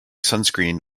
sunscreen